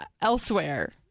elsewhere